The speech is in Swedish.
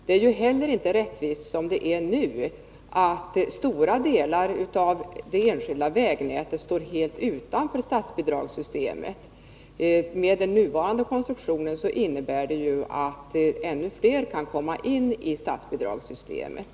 Det är ju inte heller rättvist, som det är nu, att stora delar av det enskilda vägnätet står helt utanför statsbidragssystemet. Den föreslagna procentsatsen innebär dock att fler t. v. kan komma in i statsbidragssystemet.